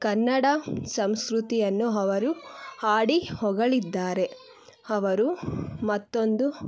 ಕನ್ನಡ ಸಂಸ್ಕೃತಿಯನ್ನು ಅವರು ಹಾಡಿ ಹೊಗಳಿದ್ದಾರೆ ಅವರು ಮತ್ತೊಂದು